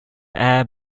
air